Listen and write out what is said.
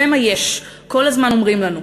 זה מה יש, כל הזמן אומרים לנו.